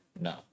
No